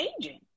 aging